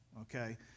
okay